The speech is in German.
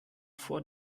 vor